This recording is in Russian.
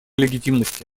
легитимности